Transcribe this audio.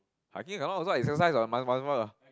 hiking that one also exercise what